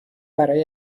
برای